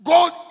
God